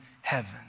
heaven